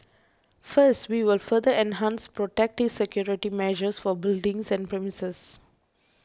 first we will further enhance protective security measures for buildings and premises